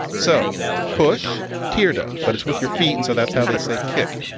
so push terada. but it's with your feet. and so that's how they say kick.